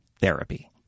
therapy